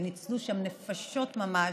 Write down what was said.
וניצלו שם נפשות ממש.